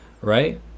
right